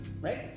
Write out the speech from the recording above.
right